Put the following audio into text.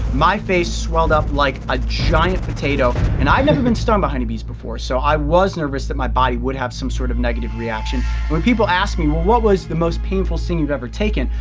my face swelled up like a giant potato and i'd never been stung by honeybees before. so i was nervous that my body would have some sort of negative reaction. when people ask me, well what was the most painful sting you've ever taken,